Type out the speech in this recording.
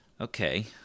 Okay